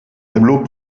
tableaux